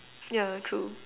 yeah true